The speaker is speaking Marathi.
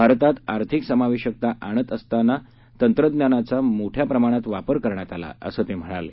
भारतात आर्थिक समावेशकता आणत असताना तंत्रज्ञानाचा मोठ्या प्रमाणात वापर करण्यात आला असं ते म्हणाले